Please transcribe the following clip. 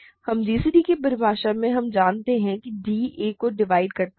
अब gcd की परिभाषा से हम जानते हैं कि d a को डिवाइड करता है